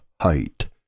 height